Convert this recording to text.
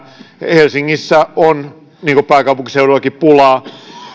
helsingissä on niin kuin yleensä pääkaupunkiseudullakin pulaa